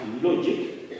logic